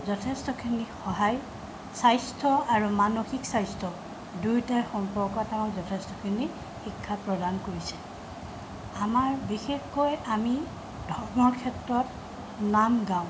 যথেষ্টখিনি সহায় স্বাস্থ্য আৰু মানসিক স্বাস্থ্য দুয়োটাই সম্পৰ্কত আমাক যথেষ্টখিনি শিক্ষা প্ৰদান কৰিছে আমাৰ বিশেষকৈ আমি ধৰ্মৰ ক্ষেত্ৰত নাম গাওঁ